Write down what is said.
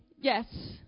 yes